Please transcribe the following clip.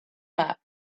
map